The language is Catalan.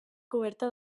coberta